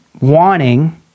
wanting